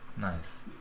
nice